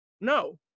No